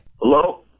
Hello